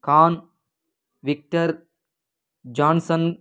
Khan Victor Johnson